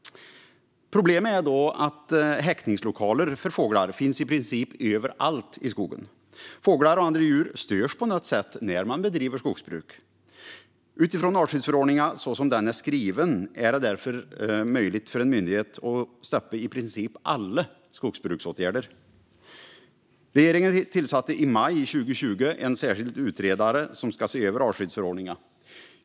Problemet är att häckningslokaler för fåglar finns i princip överallt i skogen. Fåglar och andra djur störs på något sätt när man bedriver skogsbruk. Utifrån artskyddsförordningen, så som den är skriven, är det därför möjligt för en myndighet att stoppa i princip alla skogsbruksåtgärder. Regeringen tillsatte i maj 2020 en särskild utredare som ska se över artskyddsförordningen.